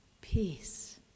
peace